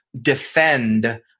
defend